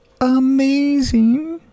Amazing